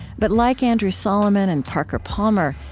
but, like andrew solomon and parker palmer,